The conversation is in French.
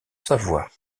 savoie